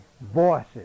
voices